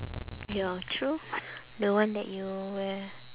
ya true the one that you wear